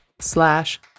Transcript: slash